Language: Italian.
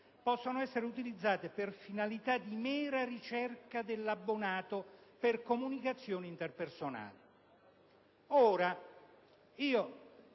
possono essere utilizzati per finalità di mera ricerca dell'abbonato per comunicazioni interpersonali. Ora, già